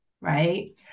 right